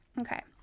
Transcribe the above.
Okay